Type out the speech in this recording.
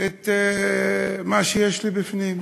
את מה שיש לי בפנים.